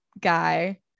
guy